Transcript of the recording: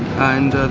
and